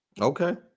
Okay